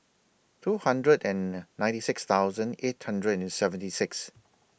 two hundred and ninety six thousand eight hundred and seventy six